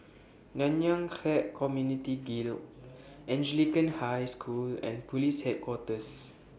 Nanyang Khek Community Guild Anglican High School and Police Headquarters